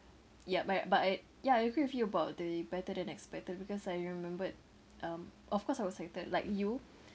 yup but I but I yeah I agree with you about the better than expected because I remembered um of course I was excited like you